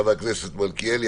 חבר הכנסת מלכיאלי,